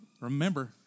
Remember